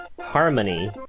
harmony